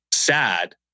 Sad